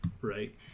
right